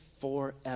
forever